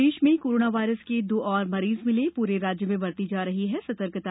प्रदेश में corona virus के दो और मरीज मिले प्रे राज्य में बरती जा रही है सतर्कता